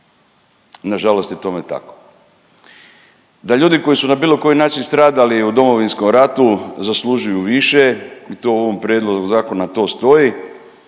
Nažalost je tome tako. Da ljudi koji su na bilo koji način stradali u Domovinskom ratu, zaslužuju više i to u ovom prijedlogu zakona to stoji,